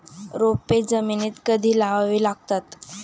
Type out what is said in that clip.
रोपे जमिनीत कधी लावावी लागतात?